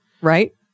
Right